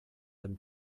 them